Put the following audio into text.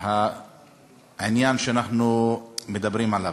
העניין שאנחנו מדברים עליו.